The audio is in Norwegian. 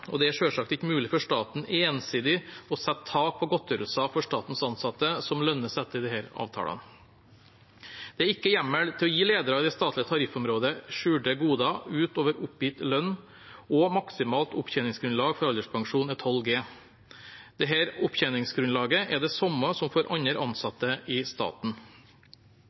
og det er selvsagt ikke mulig for staten ensidig å sette tak på godtgjørelser for statens ansatte som lønnes etter disse avtalene. Det er ikke hjemmel til å gi ledere i det statlige tariffområdet skjulte goder ut over oppgitt lønn, og maksimalt opptjeningsgrunnlag for alderspensjon er 12G. Dette opptjeningsgrunnlaget er det samme som for andre ansatte i staten.